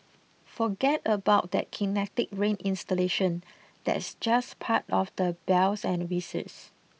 forget about that Kinetic Rain installation that's just part of the bells and whistles